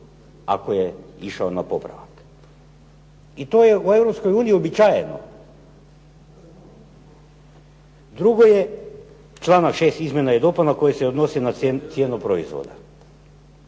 ako je išao na popravak. I to je u Europskoj uniji uobičajeno. Drugo je članak 6. izmjena i dopuna koji se odnosi na cijenu proizvoda.